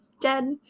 dead